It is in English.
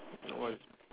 all